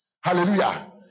hallelujah